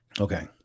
Okay